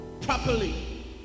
properly